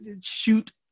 shoot